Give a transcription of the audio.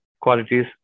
qualities